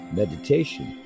meditation